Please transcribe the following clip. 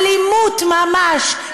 אלימות ממש.